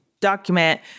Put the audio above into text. document